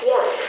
Yes